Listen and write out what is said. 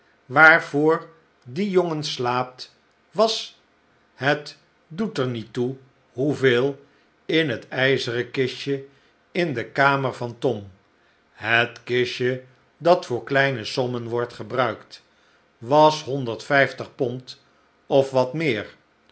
waarvoor die jongen slaapt was het doet er niet toe hoeveel in het ijzeren kistje in de kamer van tom het kistje dat voor kleine sommen wordt gebruikt was honderdvijftig pond of wat meer